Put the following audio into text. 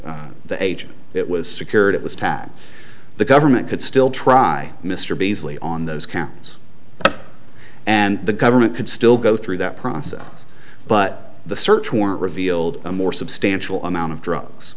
the the agent it was secured it was time the government could still try mr beazley on those counts and the government could still go through that process but the search warrant revealed a more substantial amount of drugs